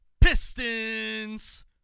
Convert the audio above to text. Pistons